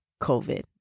COVID